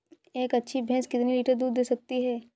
एक अच्छी भैंस कितनी लीटर दूध दे सकती है?